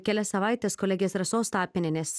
kelias savaites kolegės rasos tapinienės